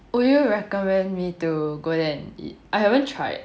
would you recommend me to go there and eat I haven't tried